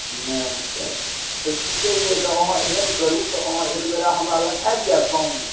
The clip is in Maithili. नहि तऽ ठीके छै तऽ अहाँ एहन करू तऽ अहाँ एकबेरा हमरालग आबि जाएब शाममे